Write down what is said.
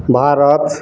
Bharat